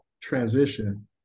transition